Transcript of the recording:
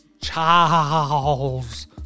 Charles